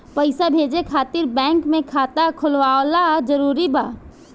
पईसा भेजे खातिर बैंक मे खाता खुलवाअल जरूरी बा?